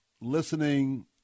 listening